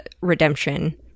redemption